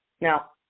Now